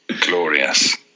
Glorious